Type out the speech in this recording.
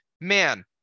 man